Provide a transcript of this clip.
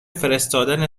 فرستادن